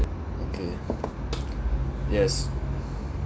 okay yes